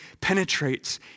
penetrates